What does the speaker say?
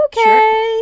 Okay